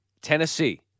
Tennessee